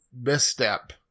misstep